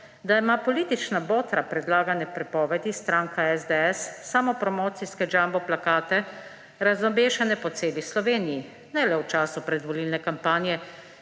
da ima politična botra predlagane prepovedi, stranka SDS, samopromocijske jumbo plakate razobešene po celi Sloveniji? Ne le v času predvolilne kampanje,